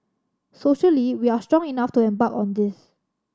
socially we are strong enough to embark on this